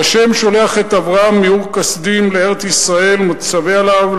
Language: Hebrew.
כשהשם שולח את אברהם מאור-כשדים לארץ-ישראל ומצווה עליו: